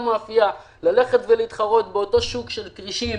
מאפייה ללכת להתחרות באותו שוק של כרישים